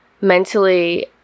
mentally